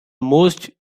most